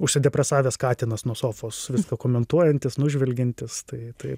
užsidepresavęs katinas nuo sofos viską komentuojantis nužvelgiantis tai tai